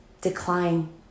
decline